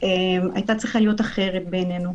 היתה צריכה להיות אחרת בעינינו,